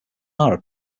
are